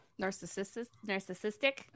Narcissistic